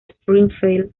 springfield